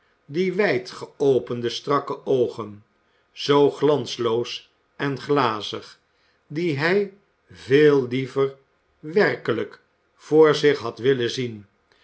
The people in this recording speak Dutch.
die wijd geopende strakke oogen zoo glansloos en glazig die hij veel liever werkelijk voor zich had willen zien